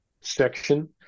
section